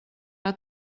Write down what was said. att